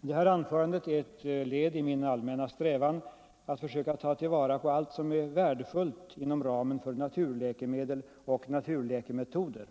Detta anförande är ett led i min allmänna strävan att försöka ta vara på allt värdefullt inom ramen för naturläkemedel och naturläkemetoder.